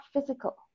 physical